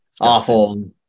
awful